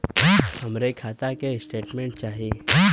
हमरे खाता के स्टेटमेंट चाही?